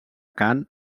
cant